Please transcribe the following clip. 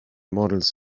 models